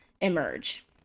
emerge